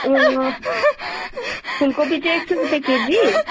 फुलकोपी चाहिँ एक सय रुपियाँ केजी